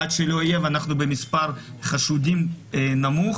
אנחנו במספר חשודים נמוך,